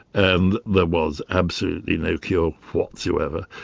and there was absolutely no cure whatsoever.